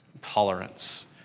tolerance